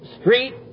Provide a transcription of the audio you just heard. street